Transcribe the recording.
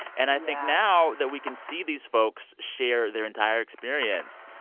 and i think now that we can see these folks share their entire experience,